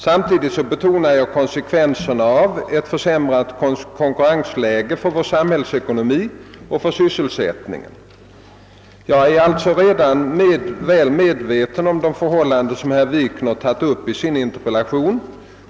Samtidigt betonade jag konsekvenserna av ett försämrat konkurrensläge för vår samhällsekonomi och för sysselsättningen. Jag är alltså redan väl medveten om de förhållanden som herr Wikner tagit upp i sin interpellation.